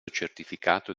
certificato